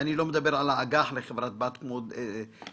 (ואני לא מדבר על האג"ח לחברת בת כמו דרבן,